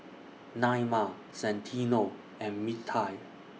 Naima Santino and Mintie